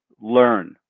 learn